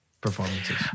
performances